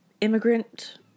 immigrant